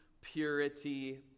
purity